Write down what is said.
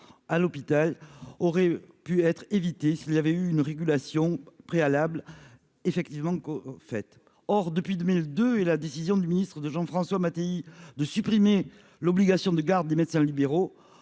à l'hôpital aurait pu être évité, il avait eu une régulation préalables effectivement qu'au fait, or depuis 2002 et la décision du ministre de Jean-François Mattéi, de supprimer l'obligation de garde des médecins libéraux,